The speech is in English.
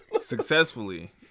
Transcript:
Successfully